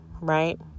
right